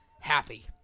happy